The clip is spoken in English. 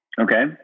Okay